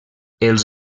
els